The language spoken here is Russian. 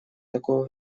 такого